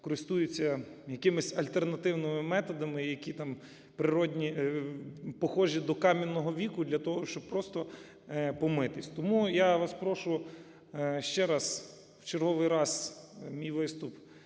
користуються якимись альтернативними методами, які там природні, похожі до кам'яного віку, для того щоб просто помитися. Тому я вас прошу ще раз в черговий раз мій виступ